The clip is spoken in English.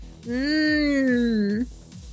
Mmm